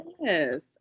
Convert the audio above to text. Yes